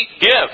gift